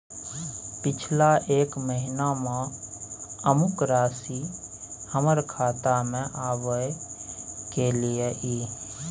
पिछला एक महीना म अमुक राशि हमर खाता में आबय कैलियै इ?